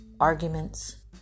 arguments